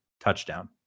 touchdown